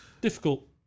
difficult